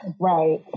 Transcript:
Right